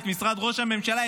את משרד ראש הממשלה,